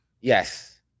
Yes